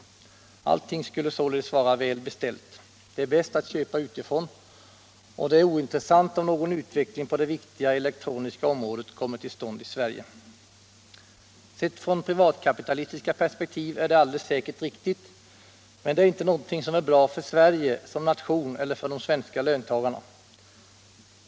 Allt skulle således vara väl beställt — det är bäst att köpa utifrån, och det är ointressant om någon utveckling på det viktiga elektroniska området kommer till stånd i Sverige. Sett från privatkapitalistiska perspektiv är det alldeles säkert riktigt, men det är inte någonting som är bra för Sverige som nation eller för de svenska löntagarna.